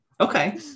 Okay